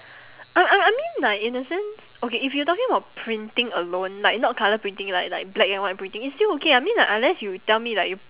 I I I mean like in a sense okay if you talking about printing alone like not colour printing like like black and white printing it's still okay I mean like unless you tell me like you